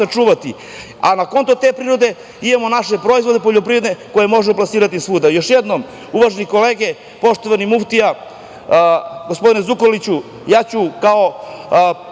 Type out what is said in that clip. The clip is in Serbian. a na konto te prirode imamo naše proizvode poljoprivredne koje možemo plasirati svuda. Još jednom, uvažene kolege, poštovani muftija, gospodine Zukorliću, ja ću kao